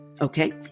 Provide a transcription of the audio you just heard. Okay